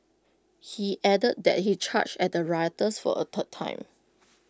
he added that he charged at the rioters for A third time